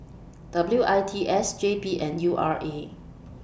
W I T S J P and U R A